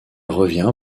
revient